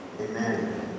Amen